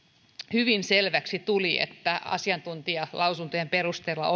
hyvin selväksi tuli että asiantuntijalausuntojen perusteella